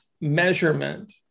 measurement